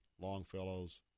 Longfellow's